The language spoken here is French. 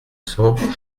cents